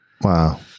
wow